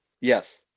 Yes